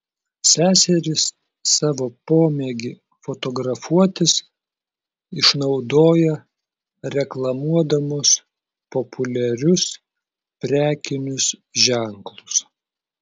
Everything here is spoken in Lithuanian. seserys savo pomėgį fotografuotis išnaudoja reklamuodamos populiarius prekinius ženklus